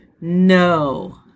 No